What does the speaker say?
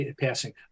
passing